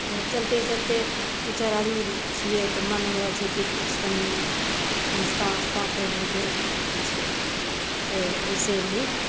अगर चलते चलते दू चारि आदमी छियै तऽ मन होइ जाइ छै किछु तनी नास्ता उस्ता करि लियै किछु ऐसे भी